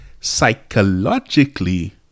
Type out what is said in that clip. psychologically